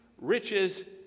riches